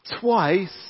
Twice